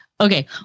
okay